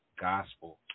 gospel